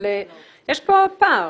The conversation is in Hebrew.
אבל יש פה פער.